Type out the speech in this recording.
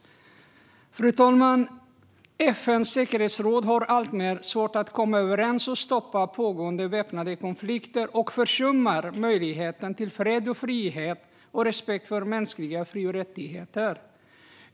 FN:s säkerhetsråd får allt svårare att komma överens och stoppa pågående väpnade konflikter och försummar möjligheten till fred, frihet och respekt för mänskliga fri och rättigheter.